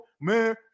man